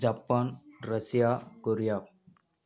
Japan Russia Korea